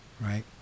Right